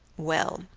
well,